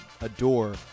adore